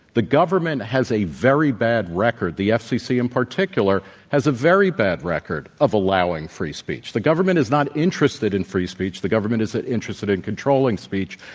the government has a very bad record the fcc in particular has a very bad record of allowing free speech. the government is not interested in free speech. the government is ah interested in controlling speech.